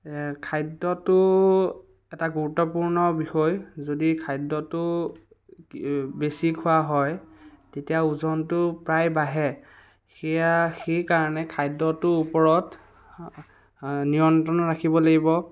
খাদ্যটো এটা গুৰুত্বপূৰ্ণ বিষয় যদি খাদ্যটো বেছি খোৱা হয় তেতিয়া ওজনটো প্ৰায় বাঢ়ে সেয়া সেইকাৰণে খাদ্যটোৰ ওপৰত নিয়ন্ত্ৰণ ৰাখিব লাগিব